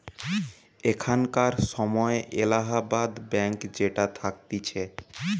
এখানকার সময় এলাহাবাদ ব্যাঙ্ক যেটা থাকতিছে